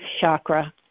chakra